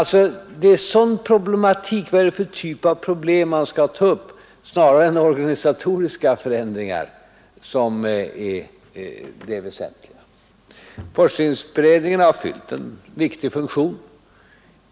Det väsentliga är snarare att utröna vilken typ av problem som skall tas upp än att vidta organisatoriska förändringar. Forskningsberedningen har fyllt en viktig funktion.